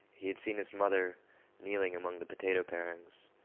he had seen his mother kneeling among the potato parings.